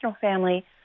family